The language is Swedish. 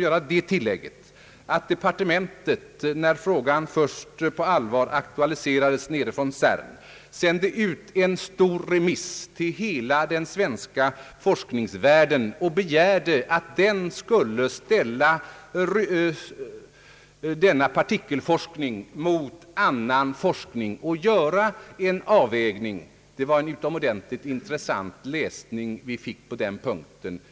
göra det tillägget, att departementet när frågan först på allvar aktualiserades från CERN sände ut en omfattande remiss till hela den svenska forskningsvärlden och begärde att den skulle ställa denna partikelforskning mot annan forskning och göra en avvägning. Det var en utomordentligt intressant läsning vi fick på den punkten.